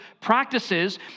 practices